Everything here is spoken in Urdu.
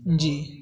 جی